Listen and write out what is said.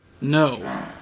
No